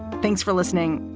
thanks for listening.